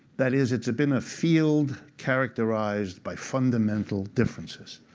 that is, it's been a field characterized by fundamental differences.